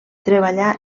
treballà